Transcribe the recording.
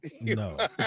No